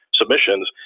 submissions